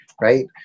right